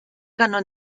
ganó